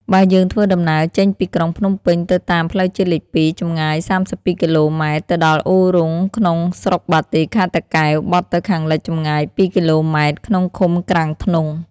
បើយើងធ្វើដំណើរចេញពីក្រុងភ្នំពេញទៅតាមផ្លូវជាតិលេខ ២ ចម្ងាយ ៣២ គ.ម ទៅដល់អូររូង ក្នុងស្រុកបាទី ខេត្តតាកែវ បត់ទៅខាងលិចចម្ងាយ ២ គ.ម ក្នុងឃុំក្រាំងធ្នង់។